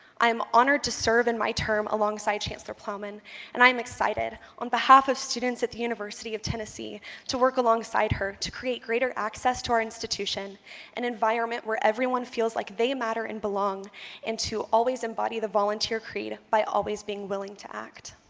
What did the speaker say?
i'm honored to serve in my term alongside chancellor plowman and i'm excited on behalf of students at the university of tennessee to work alongside her to create greater access to our institution an environment where everyone feels like they matter and belong and to always embody the volunteer creed by always being willing to act.